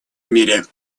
мире